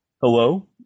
hello